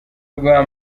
rwa